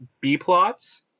B-plots